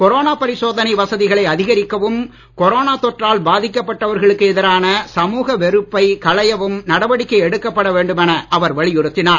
corona பரிசோதனை வசதிகளை அதிகரிக்கவும் கொரோனா தொற்றால் பாதிக்கப்பட்டவர்களுக்கு எதிரான சமுக வெறுப்பை களையவும் நடவடிக்கை எடுக்கப்பட வேண்டும் என அவர் வலியுறுத்தினார்